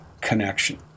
connection